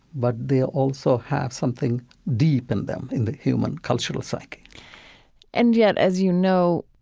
but they also have something deep in them in the human cultural psyche and yet, as you know,